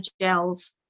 gels